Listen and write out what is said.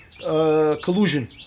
collusion